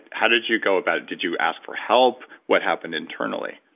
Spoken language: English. how did you go about it? did you ask for help? what happened internally?